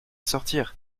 sortir